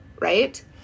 right